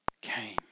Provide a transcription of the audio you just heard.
came